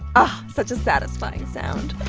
oh, such a satisfying sound